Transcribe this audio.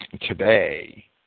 today